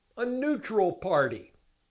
a neutral party.